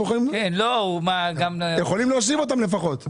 אנחנו יכולים להוסיף אותם לפחות.